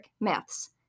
myths